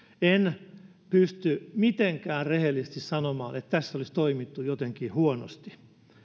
en pysty mitenkään rehellisesti sanomaan että tässä olisi toimittu jotenkin huonosti